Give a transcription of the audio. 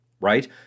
right